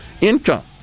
income